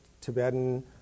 Tibetan